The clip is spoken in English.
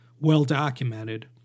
well-documented